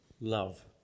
Love